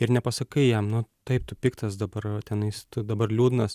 ir nepasakai jam nu taip tu piktas dabar tenais tu dabar liūdnas